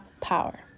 power